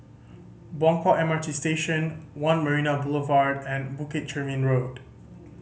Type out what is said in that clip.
Buangkok M R T Station One Marina Boulevard and Bukit Chermin Road